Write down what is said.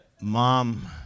Mom